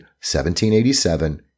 1787